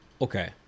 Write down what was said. okay